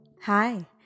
Hi